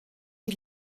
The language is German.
die